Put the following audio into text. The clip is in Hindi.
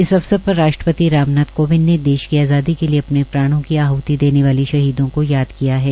इस अवसर पर राष्ट्रपति रामनाथ कोविंद ने देश की आजादी के लिए अपने प्राणों की आहति देने वाले शहीदों को याद किया है